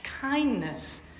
kindness